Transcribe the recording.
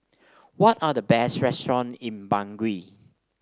what are the best restaurant in Bangui